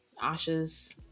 asha's